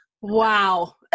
wow